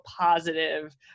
positive